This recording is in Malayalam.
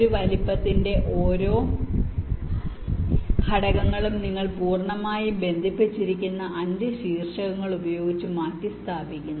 ഒരു വലുപ്പത്തിന്റെ ഓരോ ഘടകങ്ങളും നിങ്ങൾ പൂർണ്ണമായും ബന്ധിപ്പിച്ചിരിക്കുന്ന s വെർട്ടിസസ് ഉപയോഗിച്ച് മാറ്റിസ്ഥാപിക്കുന്നു